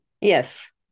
Yes